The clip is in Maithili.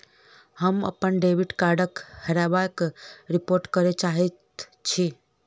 हम अप्पन डेबिट कार्डक हेराबयक रिपोर्ट करय चाहइत छि